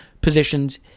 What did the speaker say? positions